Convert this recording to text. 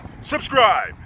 subscribe